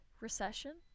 recession